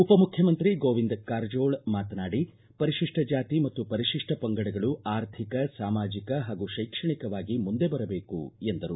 ಉಪಮುಖ್ಯಮಂತ್ರಿ ಗೋವಿಂದ ಕಾರಜೋಳ ಮಾತನಾಡಿ ಪರಿಶಿಪ್ಪ ಜಾತಿ ಮತ್ತು ಪರಿಶಿಪ್ಪ ಪಂಗಡಗಳು ಆರ್ಥಿಕ ಸಾಮಾಜಿಕ ಹಾಗೂ ಶೈಕ್ಷಣಿಕವಾಗಿ ಮುಂದೆ ಬರಬೇಕು ಎಂದರು